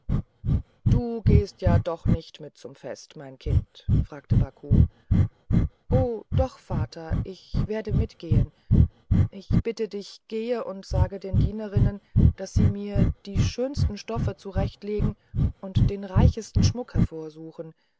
du gehst ja doch nicht mit zum fest mein kind fragte baku o doch vater ich werde mitgehen ich bitte dich gehe und sage den dienerinnen daß sie mir die schönsten stoffe zurechtlegen und den reichsten schmuck